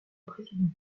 président